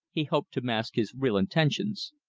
he hoped to mask his real intentions.